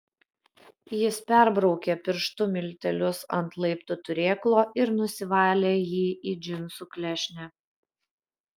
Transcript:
jis perbraukė pirštu miltelius ant laiptų turėklo ir nusivalė jį į džinsų klešnę